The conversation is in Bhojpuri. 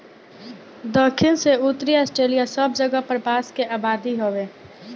दखिन से उत्तरी ऑस्ट्रेलिआ सब जगह पर बांस के आबादी बावे